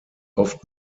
oft